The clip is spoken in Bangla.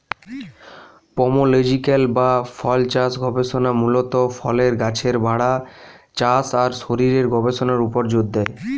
পোমোলজিক্যাল বা ফলচাষ গবেষণা মূলত ফলের গাছের বাড়া, চাষ আর শরীরের গবেষণার উপর জোর দেয়